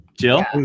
Jill